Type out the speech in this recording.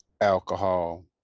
alcohol